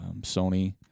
Sony